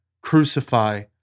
Crucify